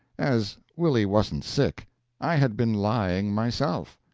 as willie wasn't sick i had been lying myself.